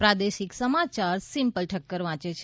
પ્રાદેશિક સમાચાર સિમ્પલ ઠક્કર વાંચે છે